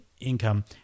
income